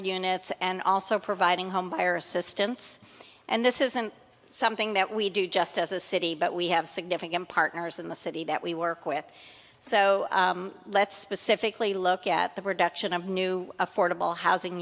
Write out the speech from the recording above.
units and also providing home buyer assistance and this isn't something that we do just as a city but we have significant partners in the city that we work with so let's pacifically look at the production of new affordable housing